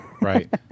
Right